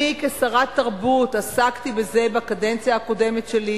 אני כשרת תרבות עסקתי בזה בקדנציה הקודמת שלי,